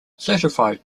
certified